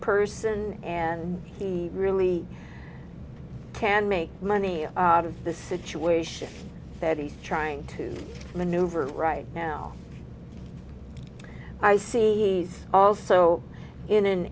person and he really can make money out of the situation that he's trying to maneuver right now i see he's also in an